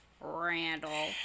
Randall